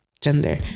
gender